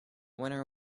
winner